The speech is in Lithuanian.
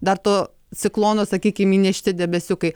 dar to ciklono sakykim įnešti debesiukai